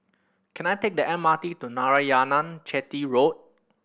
can I take the M R T to Narayanan Chetty Road